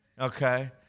Okay